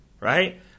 Right